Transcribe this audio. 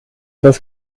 das